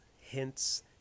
hints